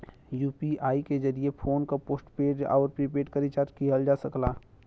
UPI के जरिये phone क पोस्टपेड आउर प्रीपेड के रिचार्ज किहल जा सकला